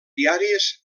diaris